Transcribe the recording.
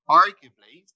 arguably